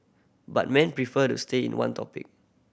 but men prefer to stay in one topic